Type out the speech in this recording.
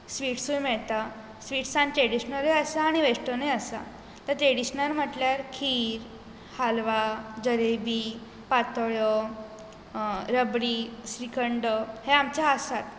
स्वीट्सूय मेळटा स्वीट्सांत ट्रेडिशनलूय आसा आनी वॅस्टर्नूय आसा ट्रेडिशनल म्हणल्यार खीर हालवा जलेबी पातोळ्यो रबडी श्रीखंड हें आमचें आसात